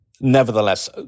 nevertheless